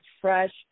fresh